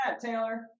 Taylor